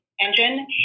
engine